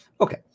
Okay